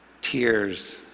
tears